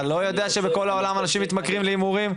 אתה לא יודע שבכל העולם אנשים מתמכרים להימורים?